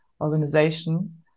organization